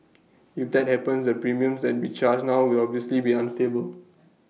if that happens the premiums that we charge now will obviously be unstable